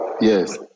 Yes